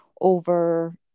over